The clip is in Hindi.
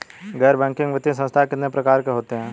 गैर बैंकिंग वित्तीय संस्थान कितने प्रकार के होते हैं?